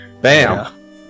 Bam